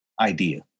idea